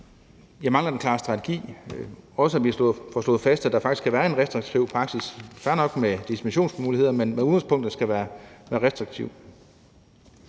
jeg mangler en klar strategi og også, at vi får slået fast, at der faktisk skal være en restriktiv praksis – fair nok med dispensationsmuligheder, men i udgangspunktet skal den være restriktiv.